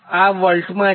આ વોલ્ટમાં છે